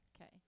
Okay